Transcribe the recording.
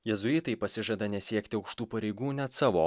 jėzuitai pasižada nesiekti aukštų pareigų net savo